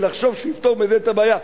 ולחשוב שהוא פותר בזה את הבעיה,